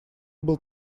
был